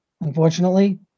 unfortunately